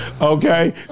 okay